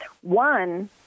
One